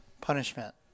punishment